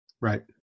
right